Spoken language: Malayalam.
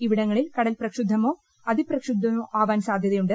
ഇവിടങ്ങളിൽ കടൽ പ്രക്ഷുബ്പമോ അതിപ്രക്ഷുബ്പമോ ആവാൻ സാധ്യതയുണ്ട്